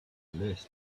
list